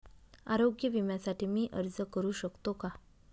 आरोग्य विम्यासाठी मी अर्ज करु शकतो का?